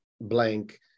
blank